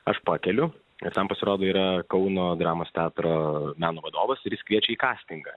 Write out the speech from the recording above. aš pakeliu netampa sruoga yra kauno dramos teatro meno vadovas ir jis kviečia į kastingą